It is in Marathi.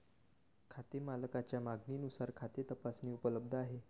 खाते मालकाच्या मागणीनुसार खाते तपासणी उपलब्ध आहे